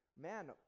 man